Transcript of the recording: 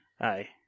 aye